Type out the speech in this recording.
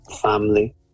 family